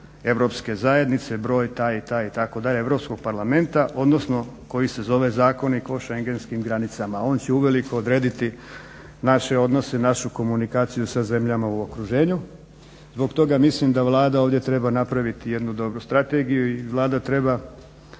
Europske zajednice broj taj i taj itd., Europskog parlamenta, odnosno koji se zove Zakonik o schengenskim granicama. On će uveliko odrediti naše odnose i našu komunikaciju sa zemljama u okruženju. Zbog toga mislim da Vlada ovdje treba napraviti jednu dobru strategiju i Vlada treba